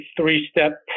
three-step